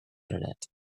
internet